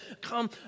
come